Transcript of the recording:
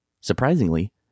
Surprisingly